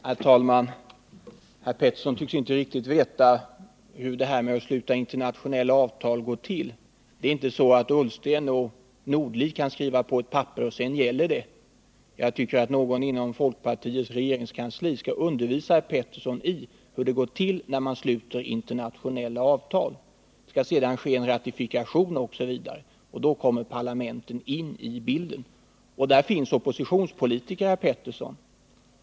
Herr talman! Esse Petersson tycks inte riktigt veta hur det går till att sluta internationella avtal. Det är inte så att statsministrarna Ullsten och Nordli bara kan skriva på ett papper som sedan skall gälla. Någon inom folkpartiets regeringskansli borde kanske undervisa herr Petersson om hur det går till att sluta internationella avtal. Det skall ske en ratifikation osv., och då kommer parlamenten in i bilden. Där finns oppositionspolitiker, herr Petersson.